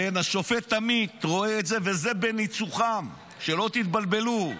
השופט עמית רואה את זה, וזה בניצוחם, שלא תתבלבלו.